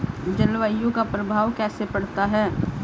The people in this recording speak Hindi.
जलवायु का प्रभाव कैसे पड़ता है?